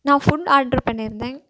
நான் food order பண்ணிருந்தேங்க